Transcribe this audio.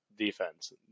Defense